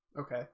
okay